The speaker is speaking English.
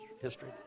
history